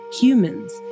humans